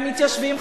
המתיישבים,